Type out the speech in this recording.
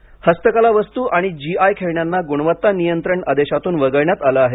खेळणी हस्तकला वस्तू आणि जीआय खेळण्यांना गुणवत्ता नियंत्रण आदेशातून वगळण्यात आलं आहे